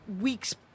weeks